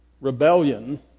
rebellion